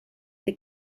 that